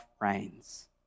reigns